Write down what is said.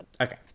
Okay